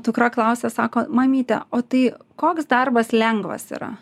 dukra klausia sako mamyte o tai koks darbas lengvas yra